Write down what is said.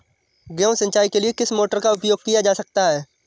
गेहूँ सिंचाई के लिए किस मोटर का उपयोग किया जा सकता है?